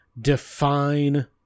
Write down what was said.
define